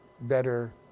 better